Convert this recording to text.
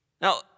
Now